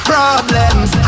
Problems